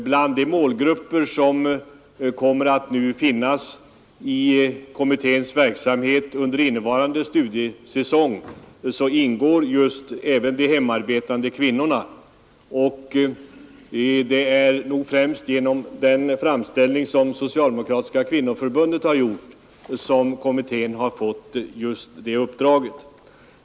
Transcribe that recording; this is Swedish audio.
Bland de målgrupper som kommer att finnas i kommitténs verksamhet under innevarande studiesäsong ingår även de hemarbetande kvinnorna, Det är 41 nog främst genom den framställning som Socialdemokratiska kvinnoförbundet har gjort som kommittén har fått det uppdraget.